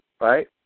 right